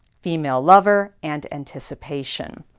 female lover, and anticipation.